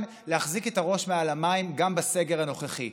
להחזיק את הראש מעל המים גם בסגר הנוכחי.